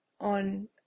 on